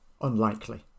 unlikely